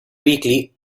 weekly